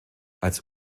als